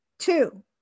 Two